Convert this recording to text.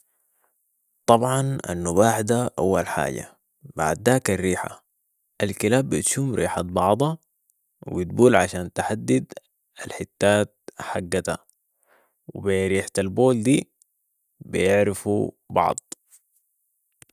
طبعا النباح ده اول حاجة. بعداك الريحه الكلاب بتشم ريحة بعضها وبتبول عشان تحدد الحتات حقتها ، وبي ريحة البول دي بيعرفوا بعض